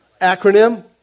acronym